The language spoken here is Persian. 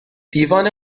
دیوان